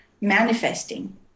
manifesting